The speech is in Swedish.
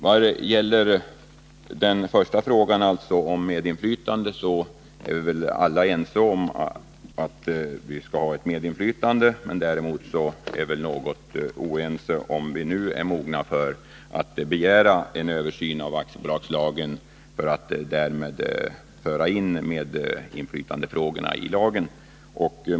Vad gäller den första frågan, om medinflytande, är vi väl alla ense om att vi skall ha ett medinflytande. Däremot är vi väl något oense i frågan om vi nu är mogna för att begära en översyn av aktiebolagslagen för att därmed föra in medinflytandefrågorna i lagen.